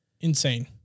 insane